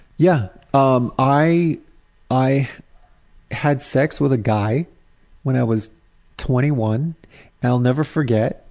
yeah um i i had sex with a guy when i was twenty one, and i'll never forget.